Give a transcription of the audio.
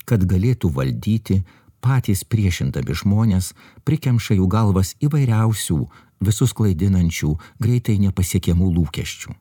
kad galėtų valdyti patys priešindami žmones prikemša jų galvas įvairiausių visus klaidinančių greitai nepasiekiamų lūkesčių